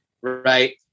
right